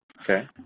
Okay